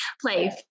play